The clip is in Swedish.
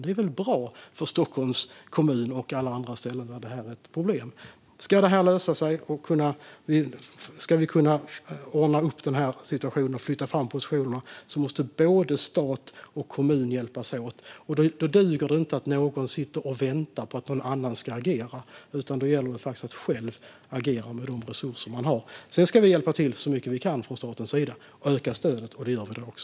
Det är väl bra för Stockholms kommun och alla andra ställen där detta är ett problem. Om detta ska kunna lösa sig och om vi ska kunna ordna upp situationen och flytta fram positionerna måste både stat och kommun hjälpas åt. Det duger inte att någon sitter och väntar på att någon annan ska agera, utan det gäller faktiskt att själv agera med de resurser man har. Sedan ska vi hjälpa till så mycket vi kan från statens sida och öka stödet, och det gör vi också.